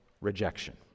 rejection